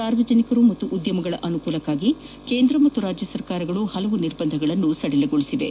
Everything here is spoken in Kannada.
ಸಾರ್ವಜನಿಕರು ಮತ್ತು ಉದ್ದಮಗಳ ಅನುಕೂಲಕ್ಷಾಗಿ ಕೇಂದ್ರ ಮತ್ತು ರಾಜ್ಯ ಸರ್ಕಾರಗಳು ಹಲವಾರು ನಿರ್ಬಂಧಗಳನ್ನು ಸಡಿಲಿಸಿವೆ